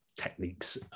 techniques